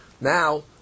Now